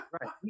right